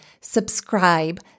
subscribe